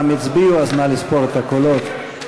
אז נא לספור את הקולות.